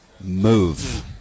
move